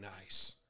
nice